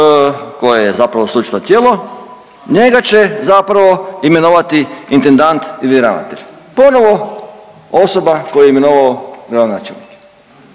koje je zapravo stručno tijelo njega će zapravo imenovati intendant ili ravnatelj, ponovo osoba koju je imenovao …/Govornik